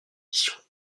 éditions